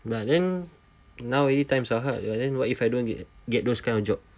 but then now times are hard what if I don't get get those kind of job